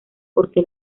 porque